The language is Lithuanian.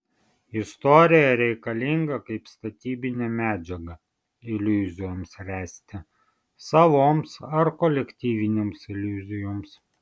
istorija reikalinga kaip statybinė medžiaga iliuzijoms ręsti savoms ar kolektyvinėms iliuzijoms